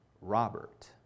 Robert